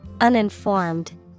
Uninformed